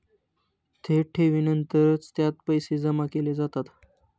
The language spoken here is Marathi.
थेट ठेवीनंतरच त्यात पैसे जमा केले जातात